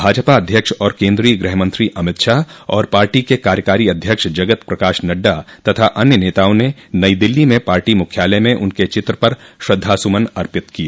भाजपा अध्यक्ष और केंद्रीय गृहमंत्री अमित शाह और पार्टी के कार्यकारी अध्यक्ष जगत प्रकाश नड्डा तथा अन्य नेताओं ने नई दिल्ली में पार्टी मुख्यालय में उनके चित्र पर श्रद्वा सुमन अर्पित किए